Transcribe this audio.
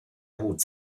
hut